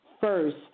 first